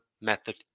method